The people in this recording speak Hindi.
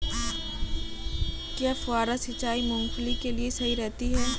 क्या फुहारा सिंचाई मूंगफली के लिए सही रहती है?